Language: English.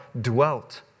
dwelt